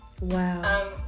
Wow